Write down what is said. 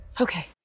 Okay